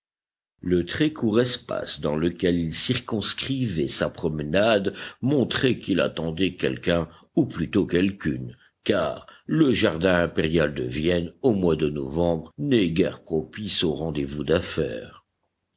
le très court espace dans lequel il circonscrivait sa promenade montrait qu'il attendait quelqu'un ou plutôt quelqu'une car le jardin impérial de vienne au mois de novembre n'est guère propice aux rendez-vous d'affaires